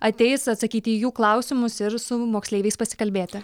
ateis atsakyti į jų klausimus ir su moksleiviais pasikalbėti